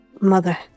Mother